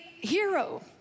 hero